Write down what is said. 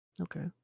Okay